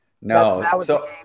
No